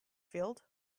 field